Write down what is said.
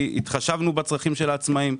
כי התחשבנו בצרכים של העצמאים,